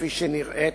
"כפי שנראה,